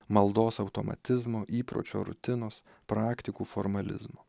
maldos automatizmo įpročio rutinos praktikų formalizmo